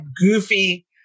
goofy